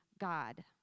God